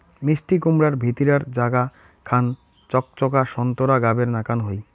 মিষ্টিকুমড়ার ভিতিরার জাগা খান চকচকা সোন্তোরা গাবের নাকান হই